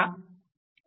सोपे आहे